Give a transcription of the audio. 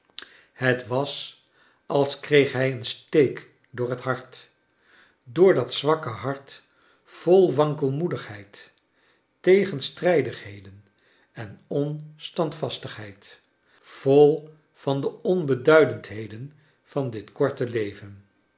het was als kreeg hij een steek door het hart door dat zwakke hart vol wankeimoedigheid tegenstrijdigheden en onstandvastigheid vol van de onbeduidendheden van dit korte leven